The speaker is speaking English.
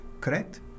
Correct